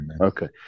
Okay